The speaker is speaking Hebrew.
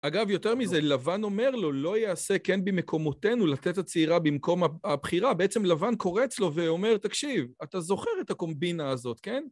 אגב, יותר מזה, לבן אומר לו, לא יעשה כן במקומותינו לתת את הצעירה במקום הבחירה, בעצם לבן קורץ לו ואומר, תקשיב, אתה זוכר את הקומבינה הזאת, כן?